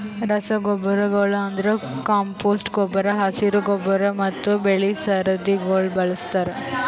ರಸಗೊಬ್ಬರಗೊಳ್ ಅಂದುರ್ ಕಾಂಪೋಸ್ಟ್ ಗೊಬ್ಬರ, ಹಸಿರು ಗೊಬ್ಬರ ಮತ್ತ್ ಬೆಳಿ ಸರದಿಗೊಳ್ ಬಳಸ್ತಾರ್